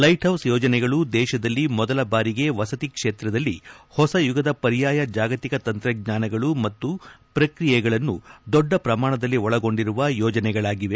light house ಯೋಜನೆಗಳು ದೇತದಲ್ಲಿ ಮೊದಲ ಬಾರಿಗೆ ವಸತಿ ಕ್ಷೇತ್ರದಲ್ಲಿ ಹೊಸ ಯುಗದ ಪರ್ಯಾಯ ಜಾಗತಿಕ ತಂತ್ರಜ್ಞಾನಗಳು ಮತ್ತು ಪ್ರಕ್ರಿಯೆಗಳನ್ನು ದೊಡ್ಡ ಪ್ರಮಾಣದಲ್ಲಿ ಒಳಗೊಂಡಿರುವ ಯೋಜನೆಗಳಾಗಿವೆ